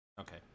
okay